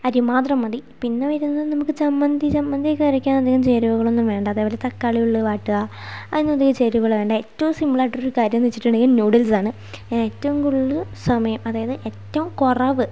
അരി മാത്രം മതി പിന്നെ വരുന്നത് നമുക്ക് ചമ്മന്തി ചമ്മന്തി ഒക്കെ അരക്കാൻ അധികം ചേരുവകളൊന്നും വേണ്ട അതേപോലെ തക്കാളി ഉള്ളി വാട്ടുക അതിനും അധികം ചേരുവകൾ വേണ്ട ഏറ്റവും സിംപിൾ ആയിട്ടൊരു കാര്യം എന്ന് വച്ചിട്ടുണ്ടെങ്കിൽ നൂഡിൽസാണ് ഏറ്റവും കൂടുതൽ സമയം അതായത് ഏറ്റവും കുറവ്